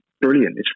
brilliant